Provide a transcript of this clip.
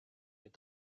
jet